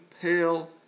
pale